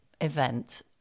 event